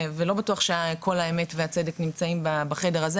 ולא בטוח שכל האמת והצדק נמצאים בחדר הזה.